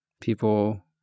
people